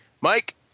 Mike